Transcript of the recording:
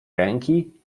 ręki